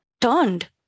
turned